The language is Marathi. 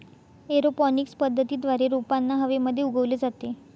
एरोपॉनिक्स पद्धतीद्वारे रोपांना हवेमध्ये उगवले जाते